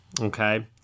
Okay